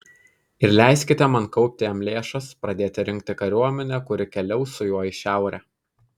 ir leiskite man kaupti jam lėšas pradėti rinkti kariuomenę kuri keliaus su juo į šiaurę